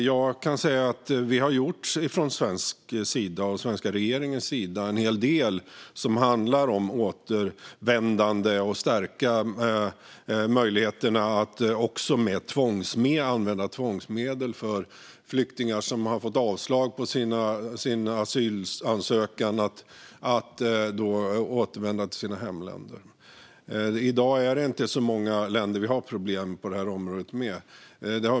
Jag kan säga att vi från svensk sida och den svenska regeringens sida har gjort en hel del som handlar om återvändande och om att stärka möjligheterna att använda tvångsmedel när det gäller flyktingar som har fått avslag på sin asylansökan och som ska återvända till sina hemländer. I dag är det inte så många länder som vi har problem med på det här området.